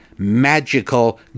magical